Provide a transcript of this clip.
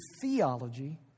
theology